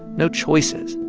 no choices?